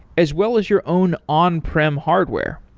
as well as your own on-prem hardware.